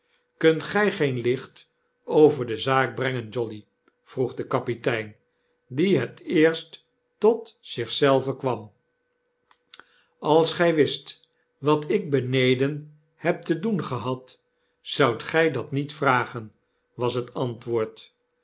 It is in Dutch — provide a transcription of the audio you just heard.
kunt gy geen licht over de zaak brengen jolly vroeg de kapitein die het eerst tot zich zelven kwam als gy wist wat ik beneden heb te doen gehad zoudt gij dat niet vragen was het antwoord